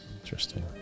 Interesting